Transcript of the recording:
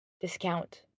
discount